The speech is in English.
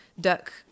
duck